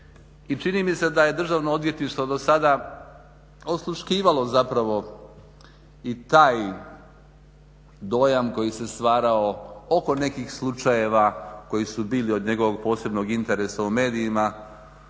i čini mi se da je državno odvjetništvo do sada osluškivalo zapravo i taj dojam koji se stvarao oko nekih slučajeva koji su bili od njegovog posebnog interesa u medijima